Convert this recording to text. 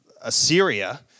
Assyria